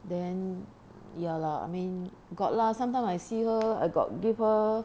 then ya lah I mean got lah sometime I see her I got give her